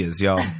y'all